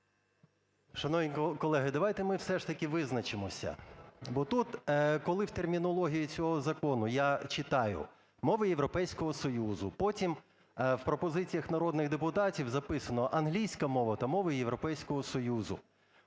Шановні колеги, давайте ми все ж таки визначимося, бо тут, коли в термінології цього закону я читаю "мови Європейського Союзу", потім в пропозиціях народних депутатів записано "англійська мова та мови Європейського Союзу".